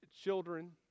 children